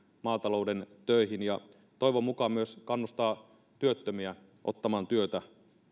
maatalouden töihin ja toivon mukaan kannustaa myös työttömiä ottamaan työtä